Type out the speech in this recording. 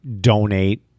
donate